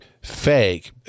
fake